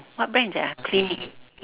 what brand is that ah clinique